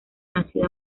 nacida